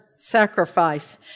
sacrifice